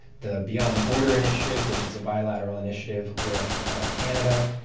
the beyond the border initiative, which is a bilateral initiative with canada,